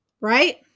Right